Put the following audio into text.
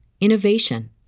innovation